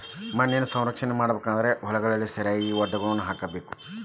ಮಣ್ಣಿನ ಸಂರಕ್ಷಣೆ ಮಾಡಬೇಕು ಅಂದ್ರ ಹೊಲಗಳಿಗೆ ಸರಿಯಾಗಿ ವಡ್ಡುಗಳನ್ನಾ ಹಾಕ್ಸಬೇಕ